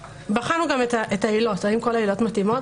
בחנו גם את העילות, האם כל העילות מתאימות.